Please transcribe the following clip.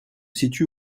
situe